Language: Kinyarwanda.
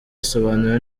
asobanura